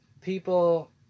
people